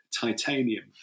titanium